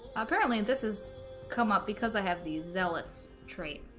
apparently this has come up because i have these zealous trane